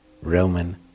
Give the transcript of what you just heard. roman